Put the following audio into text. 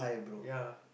ya